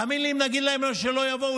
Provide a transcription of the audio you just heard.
תאמין לי, אם נגיד להם שלא יבואו,